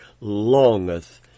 longeth